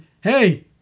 hey